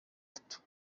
atanu